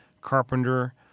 carpenter